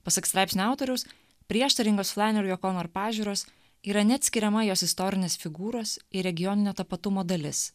pasak straipsnio autoriaus prieštaringos flaneri okonur pažiūros yra neatskiriama jos istorinės figūros ir regioninio tapatumo dalis